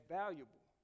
valuable